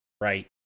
right